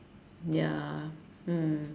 ya mm